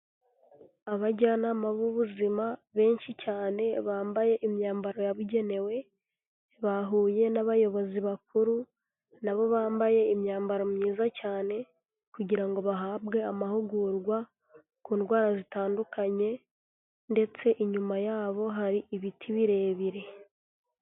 Abajyanama b'ubuzima benshi cyane bambaye imyambaro yabugenewe, bahuye n'abayobozi bakuru na bo bambaye imyambaro myiza cyane kugira ngo bahabwe amahugurwa ku ndwara zitandukanye ndetse inyuma yabo hari ibiti birebire.